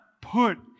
put